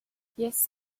yes